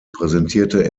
präsentierte